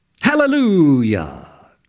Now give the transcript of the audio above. Hallelujah